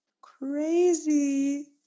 Crazy